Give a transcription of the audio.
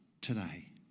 today